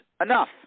enough